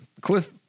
Cliff